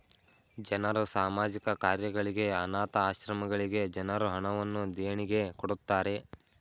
ಜನರು ಸಾಮಾಜಿಕ ಕಾರ್ಯಗಳಿಗೆ, ಅನಾಥ ಆಶ್ರಮಗಳಿಗೆ ಜನರು ಹಣವನ್ನು ದೇಣಿಗೆ ಕೊಡುತ್ತಾರೆ